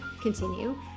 continue